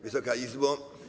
Wysoka Izbo!